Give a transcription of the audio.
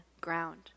ground